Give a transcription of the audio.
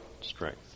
strength